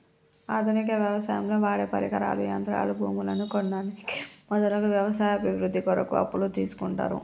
ఆధునిక వ్యవసాయంలో వాడేపరికరాలు, యంత్రాలు, భూములను కొననీకి మొదలగు వ్యవసాయ అభివృద్ధి కొరకు అప్పులు తీస్కుంటరు